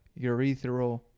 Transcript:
urethral